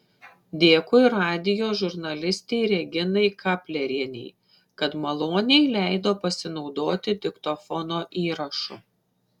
dėkui radijo žurnalistei reginai kaplerienei kad maloniai leido pasinaudoti diktofono įrašu